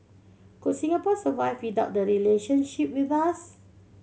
could Singapore survive without the relationship with us